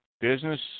business